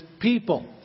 people